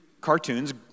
cartoons